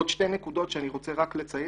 עוד שתי נקודות שאני רוצה רק לציין.